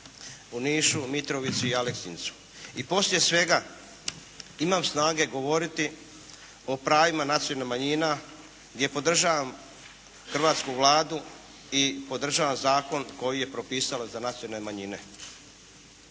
u Nišu, Mitrovici i Aleksincu. I poslije svega imam snage govoriti o pravima nacionalnih manjina gdje podržavam hrvatsku Vladu i podržavam zakon koji je propisala za nacionalne manjine.